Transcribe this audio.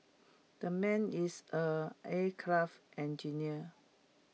the man is A aircraft engineer